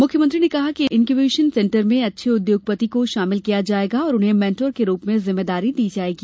मुख्यमंत्री ने कहा कि इन्क्यूवेशन सेण्टर में अच्छे उद्योगपति को शामिल किया जायेगा और उन्हें मेण्टर के रूप में जिम्मेदारी दी जायेगी